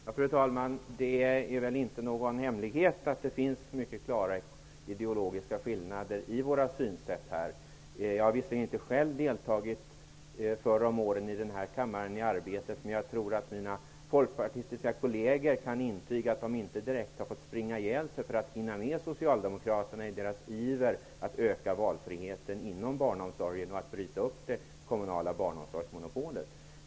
Fru talman! Det är väl inte någon hemlighet att det finns mycket klara ideologiska skillnader i våra synsätt. Visserligen har jag tidigare inte deltagit i arbetet i den här kammaren, men jag tror att mina folkpartistiska kolleger kan intyga att de inte direkt har fått springa ihjäl sig för att hinna med Socialdemokraterna i deras iver att öka valfriheten inom barnomsorgen och att bryta upp det kommunala barnomsorgsmonopolet.